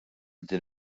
din